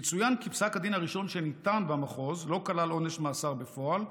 יצוין כי פסק הדין הראשון שניתן במחוז לא כלל עונש מאסר בפועל,